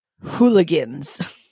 hooligans